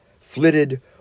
flitted